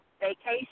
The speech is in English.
vacation